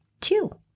two